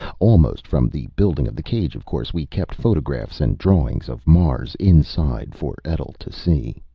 almost from the building of the cage, of course, we'd kept photographs and drawings of mars inside for etl to see.